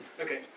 Okay